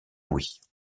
louis